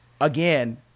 Again